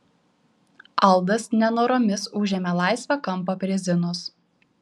aldas nenoromis užėmė laisvą kampą prie zinos